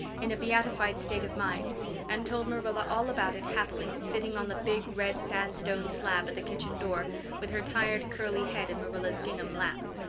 in a beatified state of mind and told marilla all about it happily, sitting on the big red-sandstone slab at the kitchen door with her tired curly head in marilla's gingham lap.